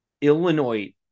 Illinois